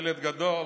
ילד גדול,